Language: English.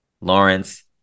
Lawrence